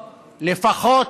לפחות,